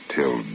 Till